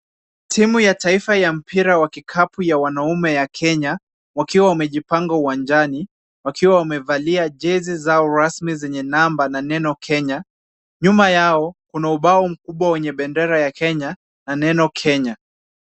Timu ya taifa ya mpira wa kikapu ya wanaume ya Kenya, wakiwa wamejipanga uwanjani. Wakiwa wamevalia jezi zao rasmi zenye namba na neno "Kenya". Nyuma yao kuna ubao kubwa wenye bendera ya Kenya na neno "Kenya".